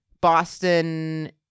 Boston –